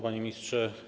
Panie Ministrze!